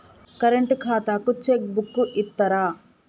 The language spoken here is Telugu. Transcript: కరెంట్ ఖాతాకు చెక్ బుక్కు ఇత్తరా?